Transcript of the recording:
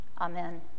Amen